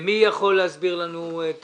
מי יכול להסביר לנו את